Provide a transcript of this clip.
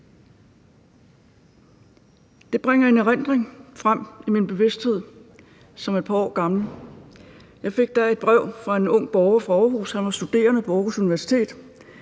Det bringer en erindring, som er et par år gammel, frem i min bevidsthed. Jeg fik da et brev fra en ung borger fra Aarhus. Han var studerende på Aarhus Universitet,